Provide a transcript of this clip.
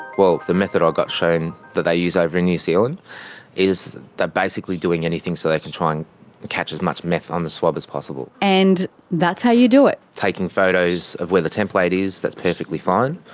well the method i got shown that they use over in new zealand is they're basically doing anything so they can try and catch as much meth on the swab as possible. and that's how you do it. taking photos of where the template is. that's perfectly fine.